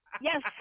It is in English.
Yes